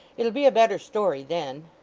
it'll be a better story then